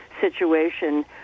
situation